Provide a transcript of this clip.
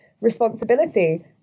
responsibility